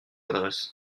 adresse